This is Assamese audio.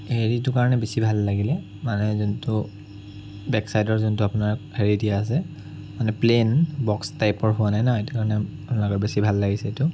হেৰিটোৰ কাৰণে বেছি ভাল লাগিলে মানে যোনটো বেক ছাইদৰ যোনটো আপোনাৰ হেৰি দিয়া আছে মানে প্লেইন বক্স টাইপৰ হোৱা নাই ন সেইটো কাৰণে আপোনালোকৰ বেছি ভাল লাগিছে সেইটো